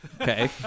Okay